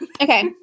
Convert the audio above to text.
okay